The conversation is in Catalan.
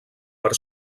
per